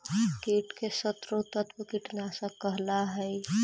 कीट के शत्रु तत्व कीटनाशक कहला हई